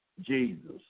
Jesus